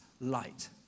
light